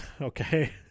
Okay